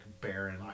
barren